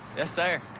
yes, sir.